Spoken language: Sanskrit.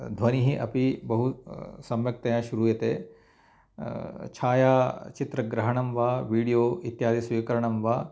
ध्वनिः अपि बहु सम्यक् तया श्रूयते छायाचित्रग्रहणं वा विडियो इत्यादि स्वीकरणं वा